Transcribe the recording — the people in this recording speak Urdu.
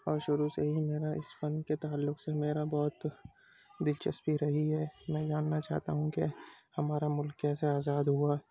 اور شروع سے ہی میرا اس فن کے تعلق سے میرا بہت دلچسپی رہی ہے میں جاننا چاہتا ہوں کہ ہمارا ملک کیسے آزاد ہوا